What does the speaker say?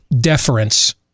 deference